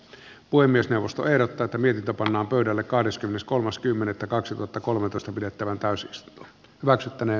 puhemiesneuvosto ehdottaatavinta pannaan pöydälle kahdeskymmeneskolmas kymmenettä kaksituhattakolmetoista pidettävä raisiosta maksettaneen